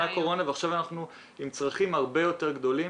הקורונה ועכשיו אנחנו עם צרכים הרבה יותר גדולים.